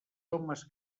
homes